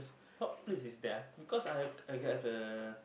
what place is that ah because I I get the